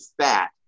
fat